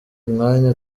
umwanya